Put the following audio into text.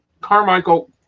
Carmichael